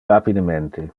rapidemente